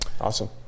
awesome